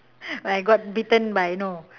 I got bitten by no